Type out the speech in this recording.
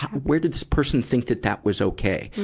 where did this person think that that was okay?